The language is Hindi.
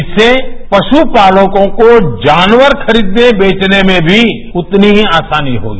इससे पशुपालकों को जानवर खरीदने बेवने में भी उतनी ही आसानी होगी